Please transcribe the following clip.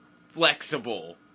flexible